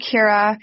Kira